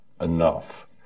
enough